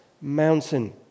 mountain